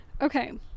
Okay